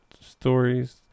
stories